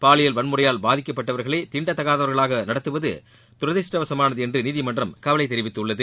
பாலியல் வன்முறையால் பாதிக்கப்பட்டவர்களை தீண்டத்தகாதவர்களாக நடத்துவது தரதிஷ்டவசமானது என்று நீதிமன்றம் கவலை தெரிவித்துள்ளது